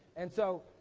and so,